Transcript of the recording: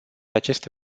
aceste